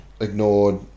ignored